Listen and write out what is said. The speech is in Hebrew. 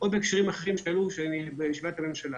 עוד בהקשרים אחרים שעלו ישיבת הממשלה.